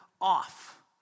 off